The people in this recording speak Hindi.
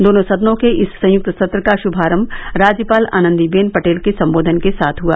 दोनों सदनों के इस संयुक्त सत्र का शुभारंभ राज्यपाल आनंदीबेन पटेल के संबोधन के साथ हुआ